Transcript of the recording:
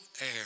air